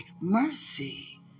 Mercy